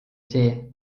see